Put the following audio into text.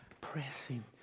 pressing